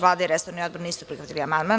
Vlada i resorni odbor nisu prihvatili amandman.